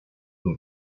who